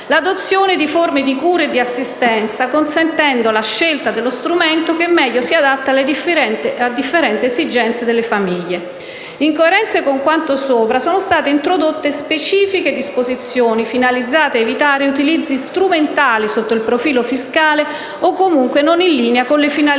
l'adozione di forme di cura e di assistenza, consentendo la scelta dello strumento che meglio si adatta alle differenti esigenze delle famiglie. In coerenza con quanto sopra, sono state introdotte specifiche disposizioni, finalizzate ad evitare utilizzi strumentali sotto il profilo fiscale o comunque non in linea con le finalità